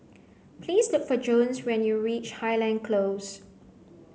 please look for Jones when you reach Highland Close